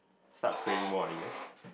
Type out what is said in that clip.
start praying more I guess